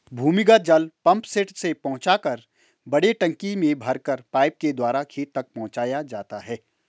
भूमिगत जल पम्पसेट से पहुँचाकर बड़े टंकी में भरकर पाइप के द्वारा खेत तक पहुँचाया जाता है